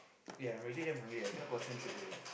eh I'm already damn hungry I cannot concentrate already